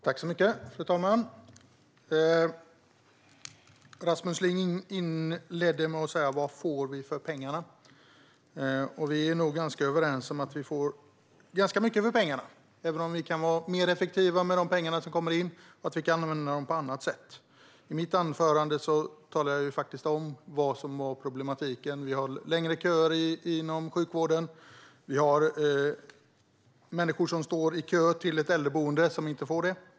Fru talman! Rasmus Ling inledde med frågan: Vad får vi för pengarna? Vi är nog ganska överens om att vi får ganska mycket för pengarna, även om vi kan vara mer effektiva med de pengar som kommer in och även använda dem på andra sätt. I mitt anförande talade jag faktiskt om vad som var problematiken, det vill säga längre köer inom sjukvården och människor som står i kö till ett äldreboende men som inte får plats.